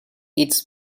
its